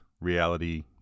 reality